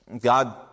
God